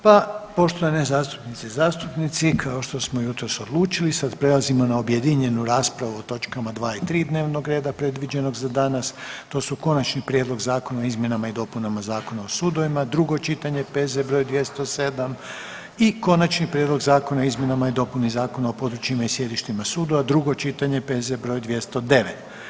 Pa poštovane zastupnice i zastupnici kao što smo jutros odlučili sad prelazimo na objedinjenu raspravu o točkama 2. i 3. dnevnog reda predviđenog za danas, to su: - Konačni prijedlog zakona o izmjenama i dopunama Zakona o sudovima, drugo čitanje, P.Z. br. 207. i - Konačni prijedlog zakona o izmjenama i dopuni Zakona o područjima i sjedištima sudova, drugo čitanje, P.Z. br. 209.